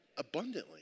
Abundantly